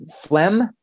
phlegm